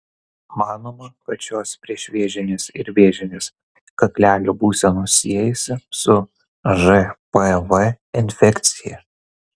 manoma kad šios priešvėžinės ir vėžinės kaklelio būsenos siejasi su žpv infekcija